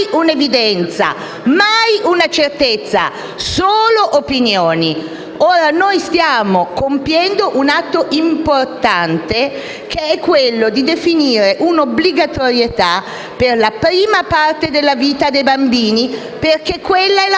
un'evidenza né una certezza, ma solo - appunto - opinioni. Noi stiamo compiendo un atto importante che è quello di definire un'obbligatorietà per la prima parte della vita dei bambini, perché quella è la